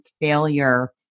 failure